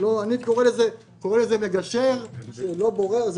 הייתי קורא לזה מגשר ולא בורר.